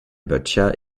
böttcher